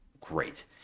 great